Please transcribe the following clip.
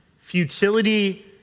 Futility